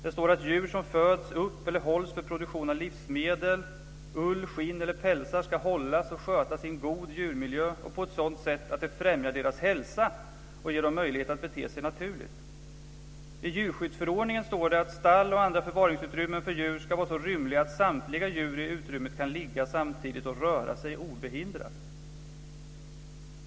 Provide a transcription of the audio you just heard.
Det står att djur som föds upp eller hålls för produktion av livsmedel, ull, skinn eller pälsar ska hållas och skötas i en god djurmiljö och på ett sådant sätt att det främjar deras hälsa och ger dem möjlighet att bete sig naturligt. I djurskyddsförordningen står det att stall och andra förvaringsutrymmen för djur ska vara så rymliga att samtliga djur i utrymmet kan ligga samtidigt och röra sig obehindrat.